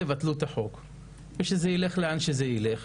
תבטלו את החוק ושזה ילך לאן שזה ילך,